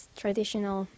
traditional